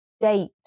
date